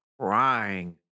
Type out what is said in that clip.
crying